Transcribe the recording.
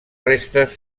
restes